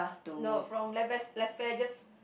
no from Lavas Las Vegas